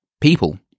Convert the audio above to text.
people